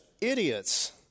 idiots